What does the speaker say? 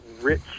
rich